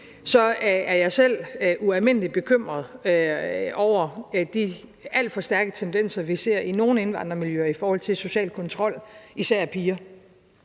det er jeg selv ualmindelig bekymret over de alt for stærke tendenser, vi ser i nogle indvandrermiljøer, i forhold til social kontrol, især af piger.